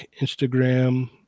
Instagram